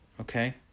Okay